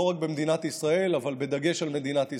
לא רק במדינת ישראל אבל בדגש על מדינת ישראל.